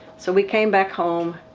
so we came back home